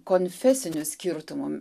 konfesinių skirtumų